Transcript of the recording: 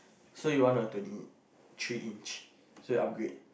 so you want a twenty three inch so you upgrade